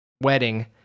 wedding